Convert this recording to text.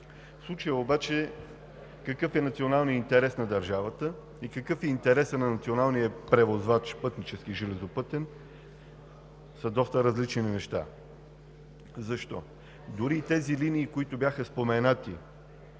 случая какъв е националният интерес на държавата и какъв е интересът на националния превозвач – пътнически, железопътен, са доста различни неща. Защо? Дори и тези линии, които бяха споменати